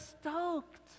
stoked